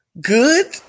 good